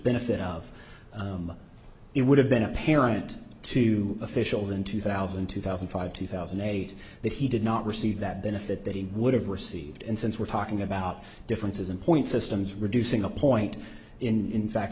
benefit of it would have been apparent to officials in two thousand two thousand and five two thousand and eight that he did not receive that benefit that he would have received and since we're talking about differences in point systems reducing a point in fact